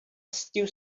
still